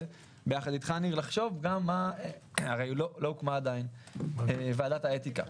ביחד אתך לחשוב גם הרי לא הוקמה עדיין ועדת האתיקה.